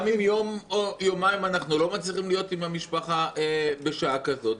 גם אם יום או יומיים אנחנו לא מצליחים להיות עם המשפחה בשעה כזאת.